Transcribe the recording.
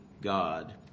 God